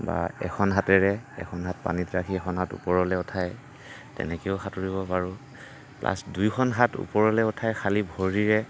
বা এখন হাতেৰে এখন হাত পানীত ৰাখি এখন হাত ওপৰলৈ উঠাই তেনেকৈও সাঁতুৰিব পাৰোঁ প্লাছ দুইখন হাত ওপৰলৈ উঠাই খালী ভৰিৰে